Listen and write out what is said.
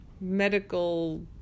medical